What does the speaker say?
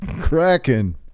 Kraken